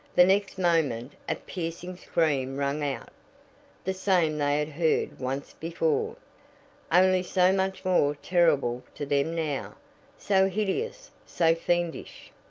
the next moment a piercing scream rang out the same they had heard once before only so much more terrible to them now so hideous so fiendish!